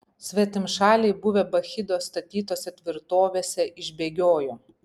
svetimšaliai buvę bakchido statytose tvirtovėse išbėgiojo